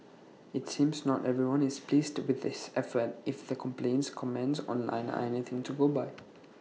IT seems not everyone is pleased with this effort if the complaints comments online are anything to go by